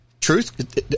Truth